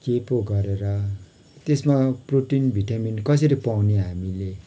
के पो गरेर त्यसमा प्रोटिन भिटामिन कसरी पाउने हामीले